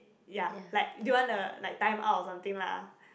ya like do you wanna like time out or something lah